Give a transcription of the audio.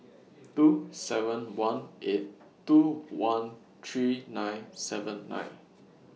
two seven one eight two one three nine seven nine